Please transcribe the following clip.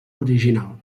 original